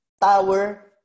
tower